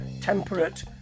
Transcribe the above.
temperate